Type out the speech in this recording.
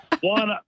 One